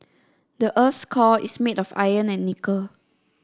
the earth's core is made of iron and nickel